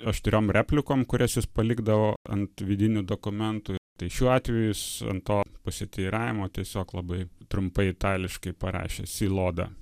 aštriom replikom kurias jis palikdavo ant vidinių dokumentų tai šiuo atveju jis ant to pasiteiravimo tiesiog labai trumpai itališkai parašė si loda